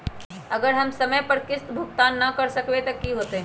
अगर हम समय पर किस्त भुकतान न कर सकवै त की होतै?